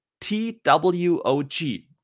twog